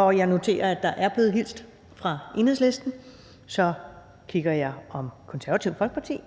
jeg noterer, at der er blevet hilst fra Enhedslisten. Så kigger jeg, om Det Konservative Folkeparti